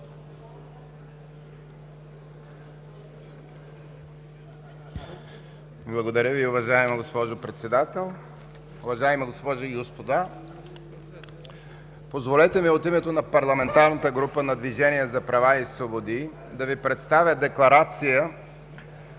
Благодаря Ви, уважаема госпожо Председател. Уважаеми госпожи и господа, позволете ми от името на Парламентарната група на Движението за права и свободи да Ви представя декларация